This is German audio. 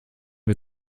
wir